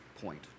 point